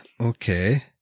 okay